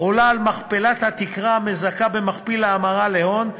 עולה על מכפלת התקרה המזכה במכפיל ההמרה להון,